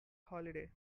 holiday